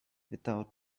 without